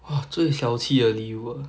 !wah! 最小气的理由 ah